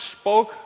spoke